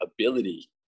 ability